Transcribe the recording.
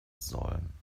sollen